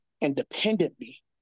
independently